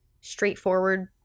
straightforward